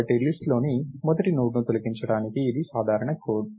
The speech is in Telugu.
కాబట్టి లిస్ట్ లోని మొదటి నోడ్ను తొలగించడానికి ఇది సాధారణ కోడ్